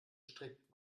gestrickt